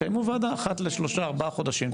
תקיימו וועדה אחת לשלושה או ארבעה חודשים.